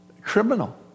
criminal